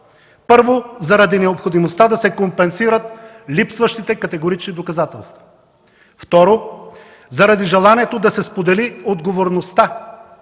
първо, заради необходимостта да се компенсират липсващите категорични доказателства; - второ, заради желанието да се сподели отговорността;